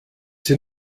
sie